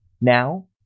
now